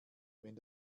wenn